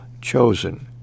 chosen